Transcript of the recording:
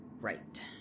Right